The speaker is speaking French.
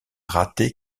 raté